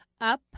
Up